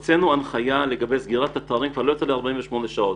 הוצאנו הנחייה לגבי סגירת אתרים ל-48 שעות.